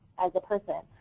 as a person.